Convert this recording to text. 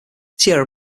tierra